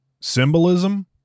symbolism